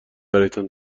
برایتان